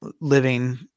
living